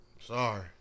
sorry